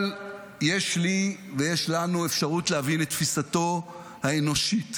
אבל יש לי ויש לנו אפשרות להבין את תפיסתו האנושית,